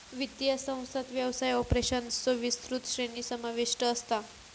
वित्तीय संस्थांत व्यवसाय ऑपरेशन्सचो विस्तृत श्रेणी समाविष्ट असता